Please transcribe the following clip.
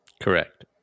Correct